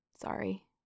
Sorry